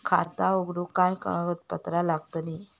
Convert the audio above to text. खाता उघडूक काय काय कागदपत्रा लागतली?